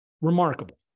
Remarkable